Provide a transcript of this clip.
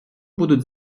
будуть